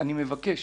אני מבקש